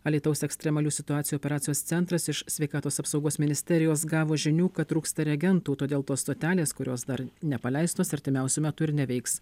alytaus ekstremalių situacijų operacijos centras iš sveikatos apsaugos ministerijos gavo žinių kad trūksta reagentų todėl tos stotelės kurios dar nepaleistos artimiausiu metu ir neveiks